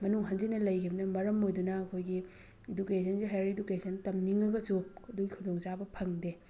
ꯃꯅꯨꯡ ꯍꯟꯖꯤꯟꯅ ꯂꯩꯈꯤꯕꯅ ꯃꯔꯝ ꯑꯣꯏꯗꯨꯅ ꯑꯩꯈꯣꯏꯒꯤ ꯏꯗꯨꯀꯦꯁꯟꯁꯤ ꯍꯌꯥꯔ ꯏꯗꯨꯀꯦꯁꯟ ꯇꯝꯅꯤꯡꯉꯒꯁꯨ ꯑꯗꯨꯒꯤ ꯈꯨꯗꯣꯉ ꯆꯥꯕ ꯐꯪꯗꯦ